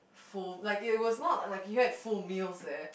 full like it was not like like you have full meals there